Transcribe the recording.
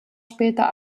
später